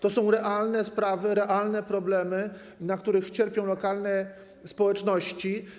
To są realne sprawy, realne problemy, z powodu których cierpią lokalne społeczności.